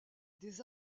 des